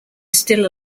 still